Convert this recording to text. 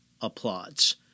applauds